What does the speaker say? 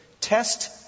test